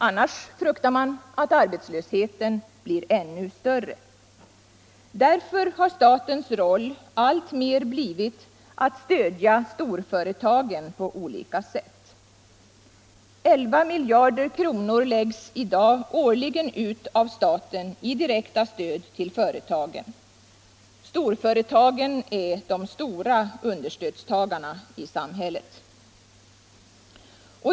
Annars fruktar man att arbetslösheten blir ännu större. Därför har statens roll alltmer blivit att stödja storföretagen på olika sätt. 11 miljarder kronor läggs i dag årligen ut av staten i direkta stöd till företagen. Storföretagen är de stora understödstagarna i samhället.